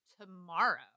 tomorrow